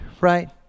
right